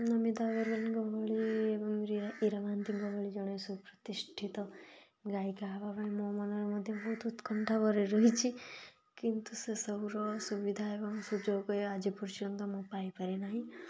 ନମିତା ଅଗ୍ରୱାଲଙ୍କ ଭଳି ରିଆ ଇରା ମହାନ୍ତିଙ୍କ ଭଳି ଜଣେ ସୁପ୍ରତିଷ୍ଠିତ ଗାୟିକା ହେବା ପାଇଁ ମୋ ମନରେ ମଧ୍ୟ ବହୁତ ଉତ୍କଣ୍ଠା ଭରି ରହିଛି କିନ୍ତୁ ସେ ସବୁର ସୁବିଧା ଏବଂ ସୁଯୋଗ କେବେ ଆଜି ପର୍ଯ୍ୟନ୍ତ ମୁଁ ପାଇପାରି ନାହିଁ